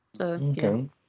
Okay